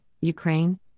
Ukraine